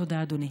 תודה, אדוני.